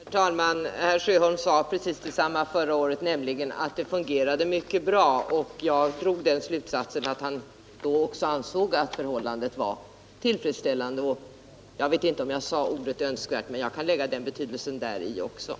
Herr talman! Herr Sjöholm sade precis detsamma förra året, nämligen att det fungerade mycket bra, och jag drog då slutsatsen att han ansåg att förhållandet var tillfredsställande. Jag vet inte om jag använde ordet ”Öönskvärt”, men jag kan lägga in också den betydelsen i vad herr Sjöholm sade.